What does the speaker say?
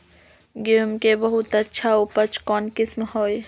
गेंहू के बहुत अच्छा उपज कौन किस्म होई?